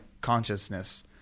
consciousness